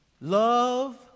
love